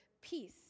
peace